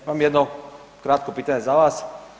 Imam jedno kratko pitanje za vas.